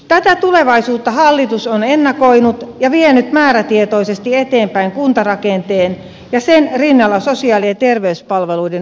tätä tulevaisuutta hallitus on ennakoinut ja vienyt määrätietoisesti eteenpäin kuntarakenteen ja sen rinnalla sosiaali ja terveyspalveluiden uudistusta